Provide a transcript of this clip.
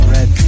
Red